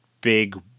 big